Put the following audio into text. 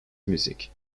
music